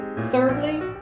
Thirdly